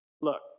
Look